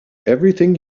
everything